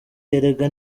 erega